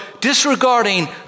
disregarding